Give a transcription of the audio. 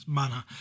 manner